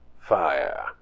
Fire